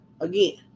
again